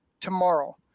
tomorrow